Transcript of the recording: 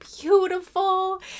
beautiful